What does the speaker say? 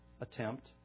attempt